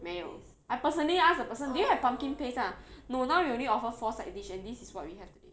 没有 I personally ask the person do you have pumpkin paste 他讲 no now we only offer four side dish and this is what we have today